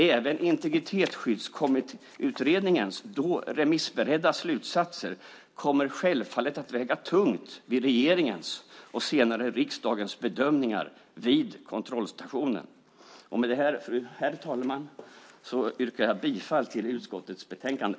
Även integritetsskyddsutredningens då remissberedda slutsatser kommer självfallet att väga tungt vid regeringens - och senare riksdagens - bedömningar vid kontrollstationen. Med detta, herr talman, yrkar jag bifall till förslaget i utskottets betänkande.